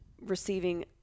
receiving